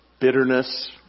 bitterness